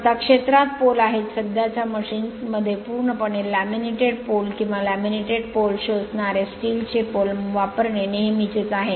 आता क्षेत्रात पोल आहेत सध्याच्या मशीन्स मध्ये पूर्णपणे लॅमिनेटेड पोल किंवा लॅमिनेटेड पोल शू असणारे स्टील चे पोल वापरणे नेहमीचेच आहे